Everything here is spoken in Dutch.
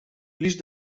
blies